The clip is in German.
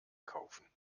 kaufen